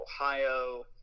Ohio